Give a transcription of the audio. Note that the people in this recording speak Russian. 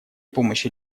помощи